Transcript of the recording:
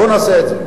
בוא נעשה את זה.